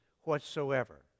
whatsoever